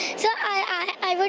so i would